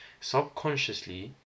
subconsciously